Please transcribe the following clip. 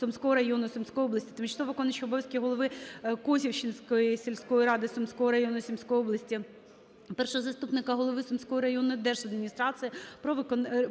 Сумського району Сумської області, тимчасово виконуючого обов'язки голови Косівщинської сільської ради Сумського району Сумської області, першого заступника голови Сумської районної держадміністрації